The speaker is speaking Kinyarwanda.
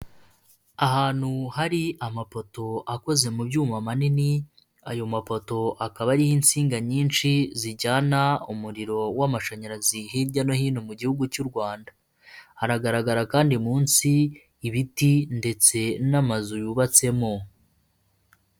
Ahantu hari amapoto akoze mu byuma manini, ayo mapoto akaba ari insinga nyinshi zijyana umuriro w'amashanyarazi hirya no hino mu gihugu cy'u Rwanda, hagaragara kandi munsi ibiti ndetse n'amazu yubatsemo.